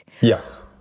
yes